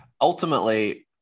Ultimately